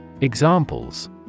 Examples